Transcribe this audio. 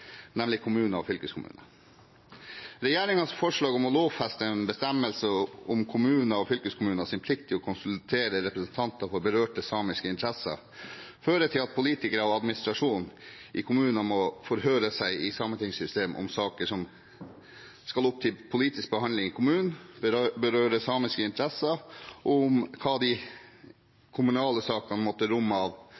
nemlig kommuner og fylkeskommuner. Regjeringens forslag om å lovfeste en bestemmelse om kommuner og fylkeskommuners plikt til å konsultere representanter for berørte samiske interesser fører til at politikere og administrasjonen i kommuner må forhøre seg i sametingssystemet om saker som skal opp til politisk behandling i kommunen, berører samiske interesser, og om hva de